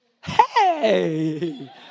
Hey